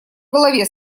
голове